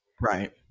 Right